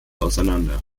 auseinander